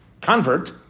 convert